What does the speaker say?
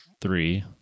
three